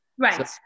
Right